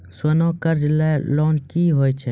सोना कर्ज लोन क्या हैं?